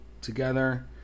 together